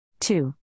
Two